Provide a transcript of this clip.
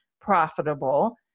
profitable